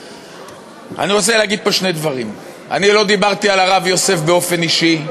אני לא דיברתי על הרב יוסף באופן אישי.